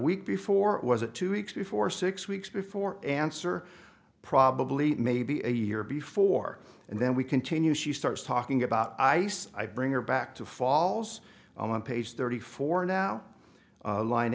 week before was it two weeks before six weeks before answer probably maybe a year before and then we continue she starts talking about ice i bring her back to falls on page thirty four now line